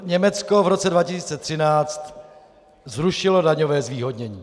Německo v roce 2013 zrušilo daňové zvýhodnění.